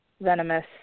venomous